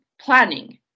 planning